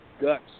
guts